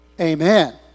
amen